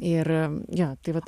ir jo tai vat